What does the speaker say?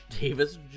Davis